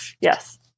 yes